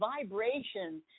vibration